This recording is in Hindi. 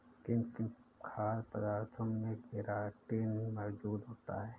किन किन खाद्य पदार्थों में केराटिन मोजूद होता है?